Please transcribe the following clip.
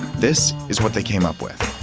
this is what they came up with.